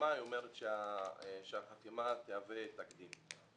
החתימה ואומרת שהחתימה תהווה תקדים.